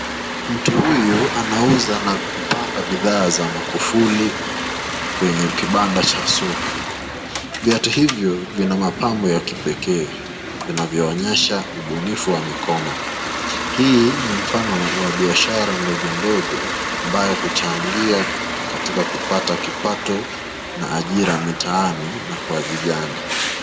Mtu huyu anauza na kupanga bidhaa za makufuli kwenye kibanda cha soko. Viatu hivyo vina mapambo ya kipekee zinavyoonyesha ubunifu wa mikono. Hii ni mfano wa biashara ndogondogo ambayo huchangia katika kupata kipato na ajira mitaani na kwa vijana.